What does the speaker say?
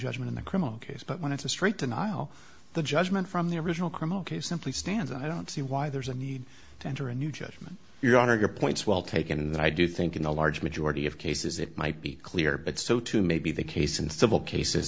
judgement in the criminal case but when it's a straight denial the judgement from the original criminal case simply stands i don't see why there's a need to enter a new judgment your honor your point's well taken in that i do think in a large majority of cases it might be clear but so too may be the case in civil cases